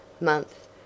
month